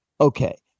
Okay